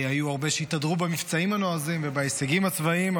היו הרבה שהתהדרו במבצעים הנועזים ובהישגים הצבאיים,